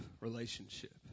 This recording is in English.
relationship